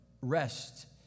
rest